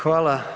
Hvala.